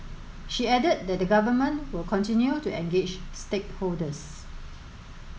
she added that the Government will continue to engage stakeholders